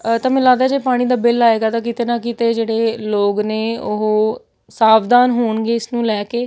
ਤਾਂ ਮੈਨੂੰ ਲੱਗਦਾ ਜੇ ਪਾਣੀ ਦਾ ਬਿੱਲ ਆਏਗਾ ਤਾਂ ਕਿਤੇ ਨਾ ਕਿਤੇ ਜਿਹੜੇ ਲੋਕ ਨੇ ਉਹ ਸਾਵਧਾਨ ਹੋਣਗੇ ਇਸ ਨੂੰ ਲੈ ਕੇ